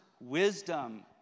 wisdom